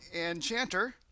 enchanter